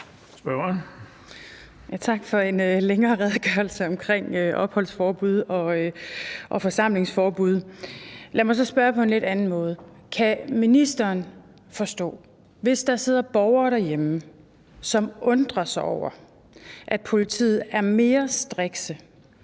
Tak for en længere redegørelse omkring opholdsforbud og forsamlingsforbud. Lad mig så spørge på en lidt anden måde: Kan ministeren forstå, hvis der sidder borgere derhjemme, som undrer sig over, at politiet er mere strikse